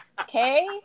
Okay